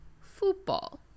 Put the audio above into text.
football